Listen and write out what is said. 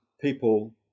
people